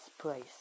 place